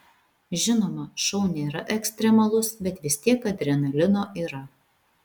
žinoma šou nėra ekstremalus bet vis tiek adrenalino yra